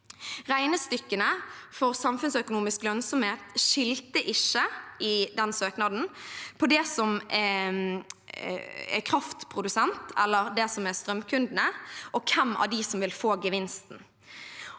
Regnestykkene for samfunnsøkonomisk lønnsomhet skilte ikke i den søknaden mellom kraftprodusent og strømkundene, og hvem av dem som vil få gevinsten.